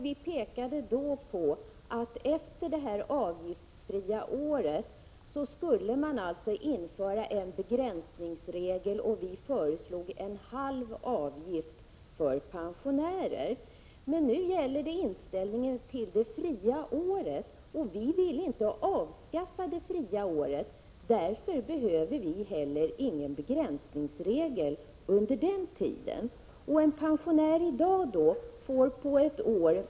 Vi pekade då på att man skulle införa en begränsningsregel efter det avgiftsfria året, och vårt förslag gällde halv avgift för pensionärer. Men nu gäller det inställningen till det avgiftsfria året. Vi vill inte avskaffa detta. Därför behöver vi inte heller någon begränsningsregel under den tiden.